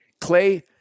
Clay